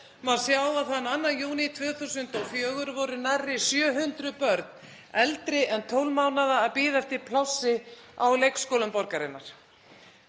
má sjá að þann 2. júní 2024 voru nærri 700 börn eldri en 12 mánaða að bíða eftir plássi á leikskólum borgarinnar.